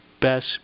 best